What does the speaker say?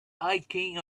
hiking